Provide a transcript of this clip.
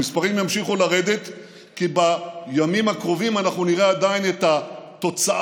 המספרים ימשיכו לרדת כי בימים הקרובים אנחנו נראה עדיין את התוצאה,